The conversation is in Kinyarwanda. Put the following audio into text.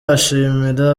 ashimira